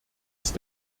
ist